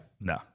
No